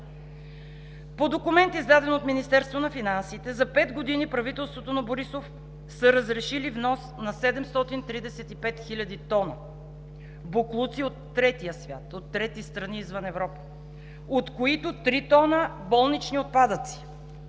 По документи, издадени от Министерството на финансите, за пет години правителството на Борисов са разрешили внос на 735 хиляди тона боклуци от третия свят, от трети страни извън Европа, от които три тона болнични отпадъци